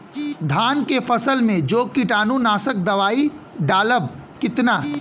धान के फसल मे जो कीटानु नाशक दवाई डालब कितना?